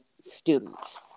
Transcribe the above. students